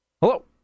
Hello